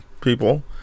people